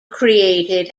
created